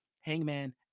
Hangman